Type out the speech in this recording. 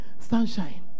sunshine